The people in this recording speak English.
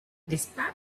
despite